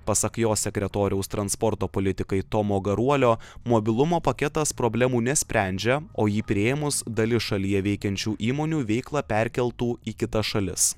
pasak jo sekretoriaus transporto politikai tomo garuolio mobilumo paketas problemų nesprendžia o jį priėmus dalis šalyje veikiančių įmonių veiklą perkeltų į kitas šalis